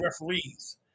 referees